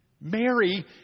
Mary